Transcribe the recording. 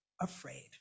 afraid